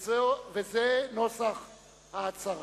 וזה נוסח ההצהרה: